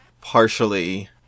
partially